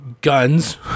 guns